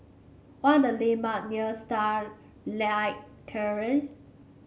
what are the landmark near Starlight Terrace